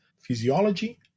physiology